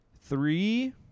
Three